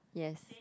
yes